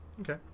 Okay